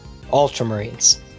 Ultramarines